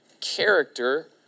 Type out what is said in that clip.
character